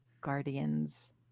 guardians